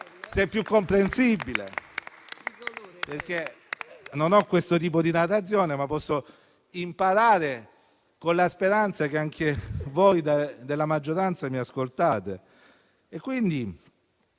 è più comprensibile, perché non ho questo tipo di narrazione, ma posso imparare, con la speranza che anche voi della maggioranza mi ascoltiate.